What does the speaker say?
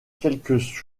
quelques